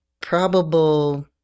probable